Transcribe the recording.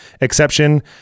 exception